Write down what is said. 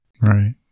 Right